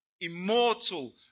immortal